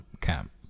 camp